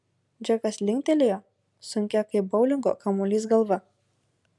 džekas linktelėjo sunkia kaip boulingo kamuolys galva